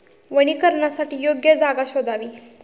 वनीकरणासाठी योग्य जागा शोधावी